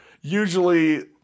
usually